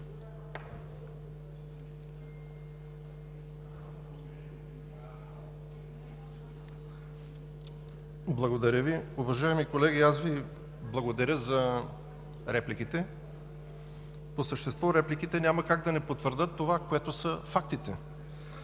Благодаря Ви. Уважаеми колеги, аз Ви благодаря за репликите. По същество репликите няма как да не потвърдят фактите!